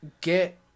get